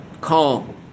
Calm